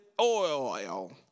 oil